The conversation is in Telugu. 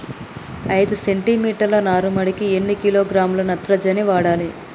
ఐదు సెంటిమీటర్ల నారుమడికి ఎన్ని కిలోగ్రాముల నత్రజని వాడాలి?